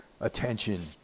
attention